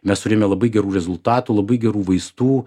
mes turėjome labai gerų rezultatų labai gerų vaistų